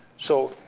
so,